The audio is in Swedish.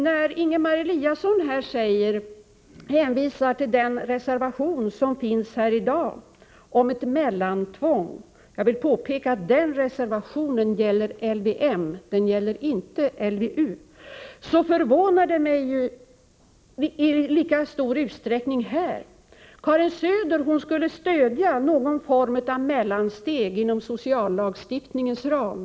När Ingemar Eliasson här hänvisar till den reservation som finns om ett ”mellantvång” — jag vill påpeka att den reservationen gäller LVM, inte LVU —- förvånar det mig i lika hög grad. Karin Söder skulle stödja någon form av mellansteg inom sociallagstiftningens ram.